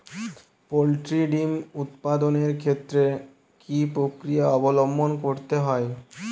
Poultry ডিম উৎপাদনের ক্ষেত্রে কি পক্রিয়া অবলম্বন করতে হয়?